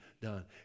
done